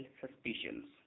suspicions